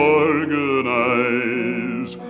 organize